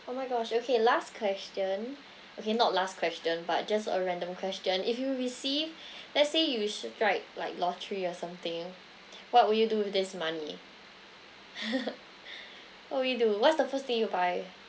oh my gosh okay last question okay not last question but just a random question if you receive let's say you strike like lottery or something what would you do with this money what would you do what's the first thing you'll buy